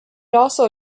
also